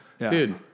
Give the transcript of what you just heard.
dude